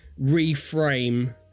reframe